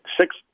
Six